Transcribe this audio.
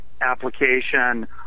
application